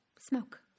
Smoke